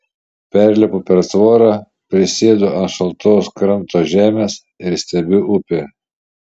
perlipu per tvorą prisėdu ant šaltos kranto žemės ir stebiu upę